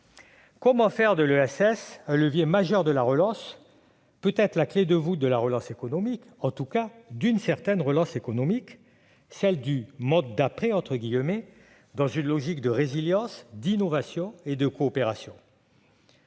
Comment faire de l'ESS un levier majeur, peut-être la clé de voûte de la relance économique, en tout cas d'une certaine relance économique, celle du « monde d'après », dans une logique de résilience, d'innovation et de coopération